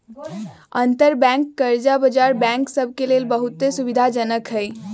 अंतरबैंक कर्जा बजार बैंक सभ के लेल बहुते सुविधाजनक हइ